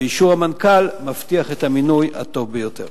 ואישור המנכ"ל מבטיח את המינוי הטוב ביותר.